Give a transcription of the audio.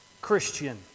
Christian